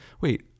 Wait